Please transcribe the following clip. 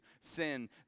sin